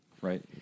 right